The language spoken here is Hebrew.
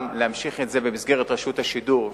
גם להמשיך את זה במסגרת רשות השידור,